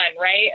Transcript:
right